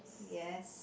yes